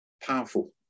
powerful